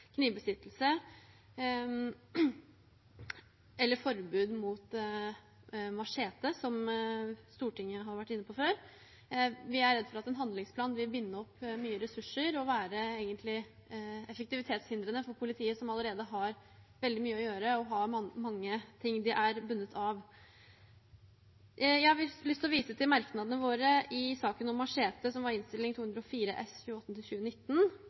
knivbesittelse eller forbud mot machete, som Stortinget har vært inne på før. Vi er redd for at en handlingsplan vil binde opp mye ressurser og være effektivitetshindrende for politiet, som allerede har veldig mye å gjøre og har mange ting de er bundet av. Jeg har lyst til å vise til merknadene våre i saken om machete, Innst. 204 S for 2018 –2019. Da vedtok Stortinget et forbud mot machete som